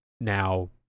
now